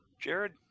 Jared